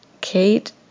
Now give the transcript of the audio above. Kate